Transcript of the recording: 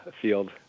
field